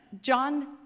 John